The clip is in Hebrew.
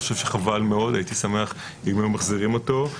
אני חושב שחבל מאוד - הייתי שמח אם היו מחזירים אותו.